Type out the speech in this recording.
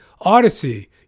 Odyssey